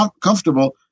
comfortable